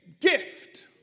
gift